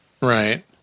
Right